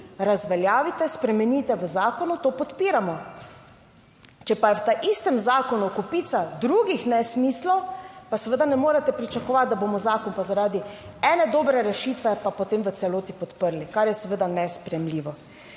razveljavite, spremenite v zakonu, to podpiramo. Če pa je v istem zakonu kopica drugih nesmislov, pa seveda ne morete pričakovati, da bomo zakon pa zaradi ene dobre rešitve pa potem v celoti podprli, kar je seveda nesprejemljivo.